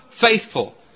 faithful